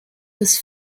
des